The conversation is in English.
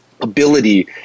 ability